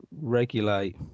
regulate